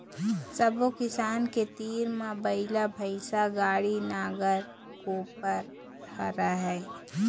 सब्बो किसान के तीर म बइला, भइसा, गाड़ी, नांगर, कोपर राहय